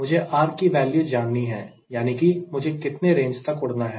मुझे R की value जाननी है यानी की मुझे कितने रेंज तक उड़ना है